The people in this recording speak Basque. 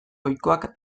ohikoak